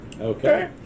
Okay